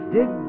Dig